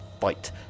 fight